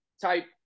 type